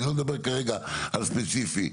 אני לא מדבר כרגע על ספציפי,